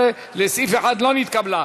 15 לסעיף 1 לא נתקבלה.